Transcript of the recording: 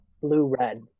blue-red